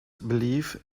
believe